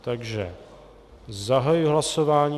Takže zahajuji hlasování.